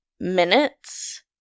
minutes